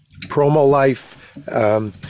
Promolife